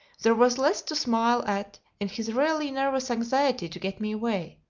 there was less to smile at in his really nervous anxiety to get me away.